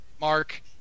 Mark